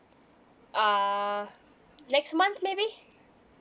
err next month maybe